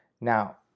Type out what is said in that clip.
Now